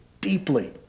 deeply